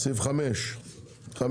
סעיפים 5 ו-6.